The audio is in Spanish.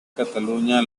cataluña